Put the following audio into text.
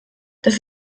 das